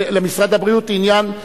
למשרד הבריאות עניין,